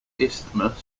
isthmus